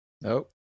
nope